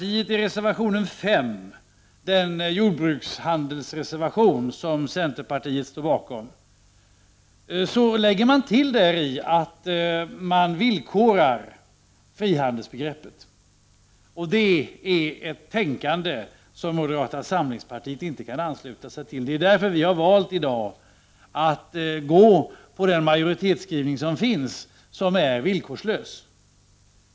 I reservation 5, den jordbrukshandelsreservation som centern står bakom, lägger man till att man villkorar frihandelsbegreppet, och det är ett tänkande som moderata samlingspartiet inte kan ansluta sig till. Det är därför vi har valt att i dag gå på den majoritetsskrivning som finns, som är villkorslös.